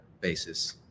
basis